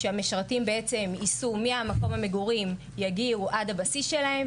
כשהמשרתים בעצם ייסעו ממקום המגורים ויגיעו עד לבסיס שלהם.